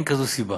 אין סיבה,